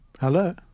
Hello